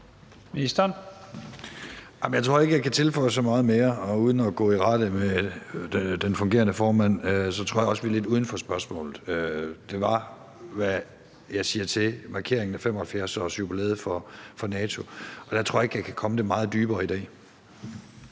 jeg tror ikke, jeg kan tilføje så meget mere. Og uden at gå i rette med den fungerende formand, tror jeg også at vi er lidt uden for spørgsmålet, som går på, hvad jeg siger til markeringen af 75-årsjubilæet for NATO. Og der tror jeg ikke, jeg kan komme det meget nærmere i dag.